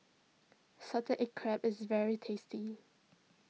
Salted Egg Crab is very tasty